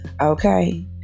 okay